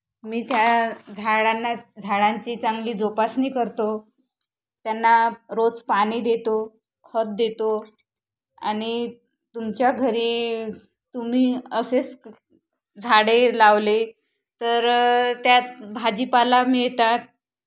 मी त्या झाडांना झाडांची चांगली जोपासणी करतो त्यांना रोज पाणी देतो खत देतो आणि तुमच्या घरी तुम्ही असेच झाडे लावले तर त्यात भाजीपाला मिळतात